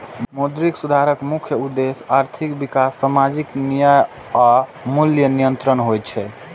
मौद्रिक सुधारक मुख्य उद्देश्य आर्थिक विकास, सामाजिक न्याय आ मूल्य नियंत्रण होइ छै